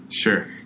Sure